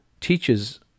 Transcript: teaches